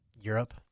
Europe